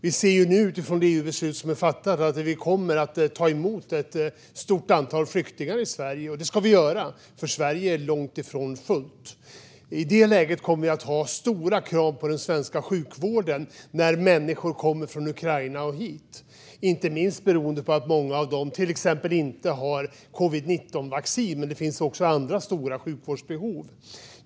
Vi ser nu utifrån det EU-beslut som är fattat att vi kommer att ta emot ett stort antal flyktingar i Sverige - och det ska vi göra, för Sverige är långt ifrån fullt. I det läget kommer det att ställas stora krav på den svenska sjukvården när människor kommer från Ukraina och hit, inte minst beroende på att många av dem till exempel inte har covid-19-vaccinerats. Det finns också andra stora sjukvårdsbehov.